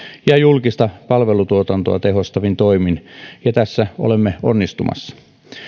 ja julkista palvelutuotantoa tehostavin toimin ja tässä olemme onnistumassa